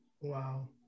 Wow